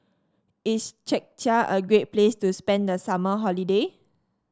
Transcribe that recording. is Czechia a great place to spend the summer holiday